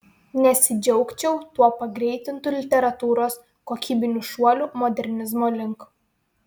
nesidžiaugčiau tuo pagreitintu literatūros kokybiniu šuoliu modernizmo link